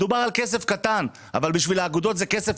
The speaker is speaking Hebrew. מדובר על כסף קטן אבל בשביל האגודות זה כסף